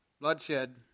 bloodshed